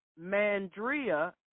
Mandria